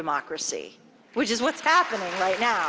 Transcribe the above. democracy which is what's happening right now